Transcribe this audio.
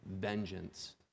vengeance